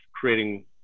creating